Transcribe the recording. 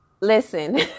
listen